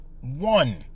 one